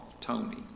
Tony